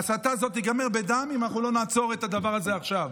ההסתה הזאת תיגמר בדם אם אנחנו לא נעצור את הדבר הזה עכשיו.